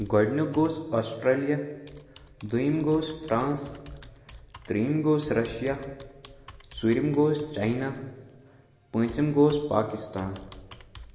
گۄڈنیُک گوٚوُس آسٹرٛیلیا دوٚیُم گوٚوُس فرٛانٛس ترٛیٚیِم گوٚوُس رَشیا ژوٗرِم گوٚوُس چاینا پونٛژِم گوٚوُس پاکِستان